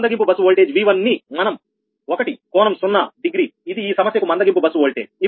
మందగింపు bus voltage V1 ని మనం 1 కోణం సున్నా డిగ్రీ ఇది ఈ సమస్యకు మందగింపు బస్సు ఓల్టేజ్